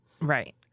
Right